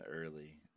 Early